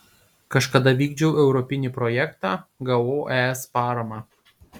kažkada vykdžiau europinį projektą gavau es paramą